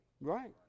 Right